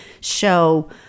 show